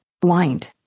blind